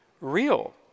real